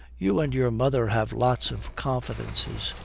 you and your mother have lots of confidences,